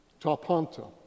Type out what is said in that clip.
tapanta